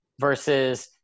versus